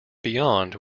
beyond